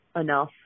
enough